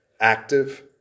active